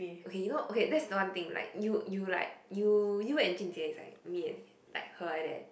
okay you know okay that's the one thing like you you like you you and jun-jie is like me and her like that